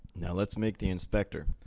now let's make the inspector,